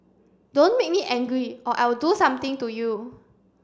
don't make me angry or I will do something to you